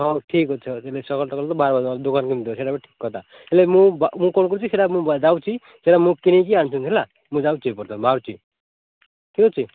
ହଉ ଠିକ୍ ଅଛି ଆଉ ଦୁକାନ୍ ସେଇଟା ବି ଠିକ୍ କଥା ହେଲେ ମୁଁ ବା ମୁଁ କ'ଣ କହୁଛି ମୁଁ ଯାଉଛି ସେଟା ମୁଁ କିଣିକି ଆଣିଥିମି ହେଲା ମୁଁ ଯାଉଛି ବର୍ତମାନ ହେଲା ବାହାରୁଛି ଠିକ୍ ଅଛି